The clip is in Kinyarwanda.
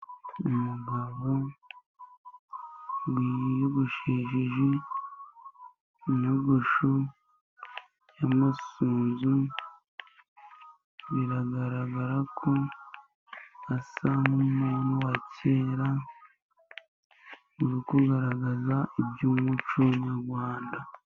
Umugabo wiyogoshesheje inyogosho y'amasunzu, biragaragara ko asa n'umuntu wa kera, uri kugaragaza iby'umuco nyahanda.